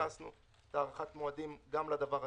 נכנסנו הארכת מועדים גם לדבר הזה.